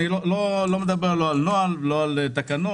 אני לא מדבר לא על נוהל ולא על תקנות.